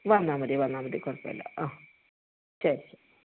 വന്നാൽ മതി വന്നാൽ മതി കുഴപ്പം ഇല്ല ആ ശരി ശരി